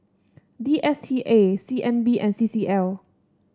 D S T A C N B and C C L